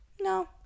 No